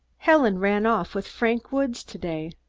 helen ran off with frank woods to-day.